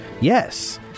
yes